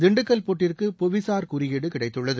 திண்டுக்கல் பூட்டிற்கு புவிசார் குறியீடு கிடைத்துள்ளது